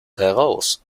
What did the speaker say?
heraus